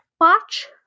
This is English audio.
watch